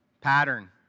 Pattern